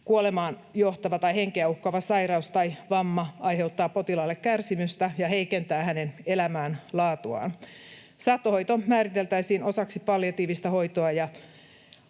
kuolemaan johtava tai henkeä uhkaava sairaus tai vamma aiheuttaa potilaalle kärsimystä ja heikentää hänen elämänlaatuaan. Saattohoito määriteltäisiin osaksi palliatiivista hoitoa ja